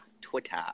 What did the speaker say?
Twitter